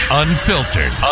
unfiltered